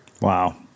Wow